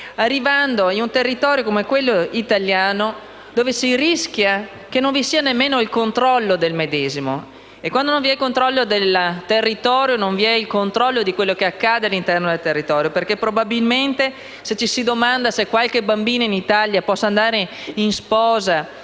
arrivando in un territorio come quello italiano dove si rischia che non vi sia neanche il controllo del medesimo. Quando non vi è un controllo del territorio, non vi è il controllo di quello che accade all'interno dello stesso, perché probabilmente, se ci si domanda se qualche bambina in Italia possa andare in sposa